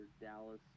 Dallas